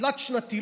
תלת-שנתי,